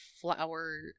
flower